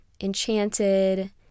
Enchanted